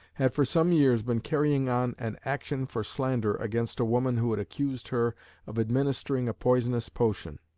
had for some years been carrying on an action for slander against a woman who had accused her of administering a poisonous potion.